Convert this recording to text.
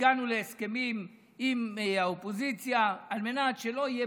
הגענו להסכמים עם האופוזיציה על מנת שלא יהיה